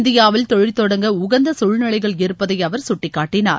இந்தியாவில் தொழில் தொடங்க உகந்த சூழ்நிலைகள் இருப்பதை அவர் கட்டிக்காட்டினார்